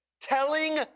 telling